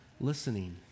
listening